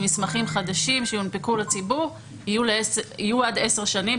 מסמכים חדשים שיונפקו לציבור יהיו עד עשר שנים,